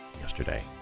yesterday